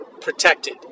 protected